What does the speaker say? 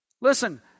Listen